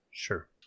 Sure